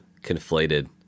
conflated